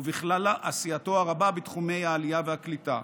ובכלל על עשייתו הרבה בתחום העלייה והקליטה.